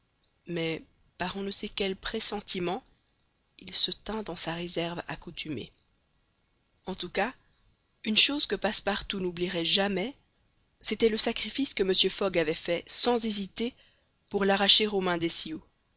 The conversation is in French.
mais par on ne sait quel pressentiment il se tint dans sa réserve accoutumée en tout cas une chose que passepartout n'oublierait jamais c'était le sacrifice que mr fogg avait fait sans hésiter pour l'arracher